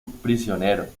prisionero